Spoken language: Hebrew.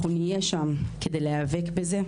אנחנו נהיה שם כדי להיאבק בזה,